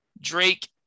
Drake